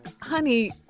honey